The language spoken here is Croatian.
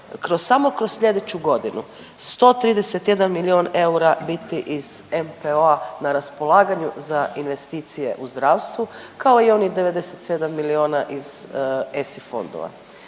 samo kroz slijedeću godinu 131 milion eura biti iz NPO-a na raspolaganju za investicije u zdravstvu kao i onih 97 miliona iz ESI fondova.